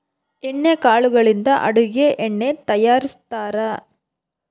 ಎಣ್ಣೆ ಕಾಳುಗಳಿಂದ ಅಡುಗೆ ಎಣ್ಣೆ ತಯಾರಿಸ್ತಾರಾ